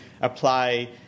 apply